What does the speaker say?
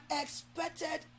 expected